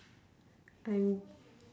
I'm